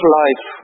life